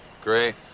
Great